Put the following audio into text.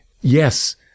Yes